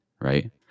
Right